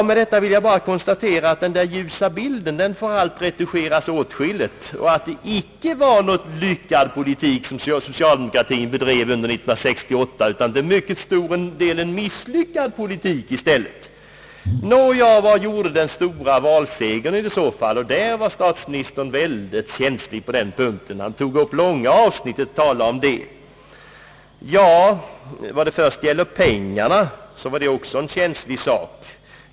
Med detta vill jag bara konstatera att den ljusa bild som statsministern tecknade får allt retuscheras åtskilligt och att det inte var någon lyckad politik som socialdemokraterna förde under 1968 utan till mycket stor del en misslyckad politik. Vad innebär då den stora valsegern? I detta fall var statsministern mycket känslig och talade om den i långa avsnitt av sitt anförande. Vad först gäller de pengar som satsades i valrörelsen var detta också en känslig sak.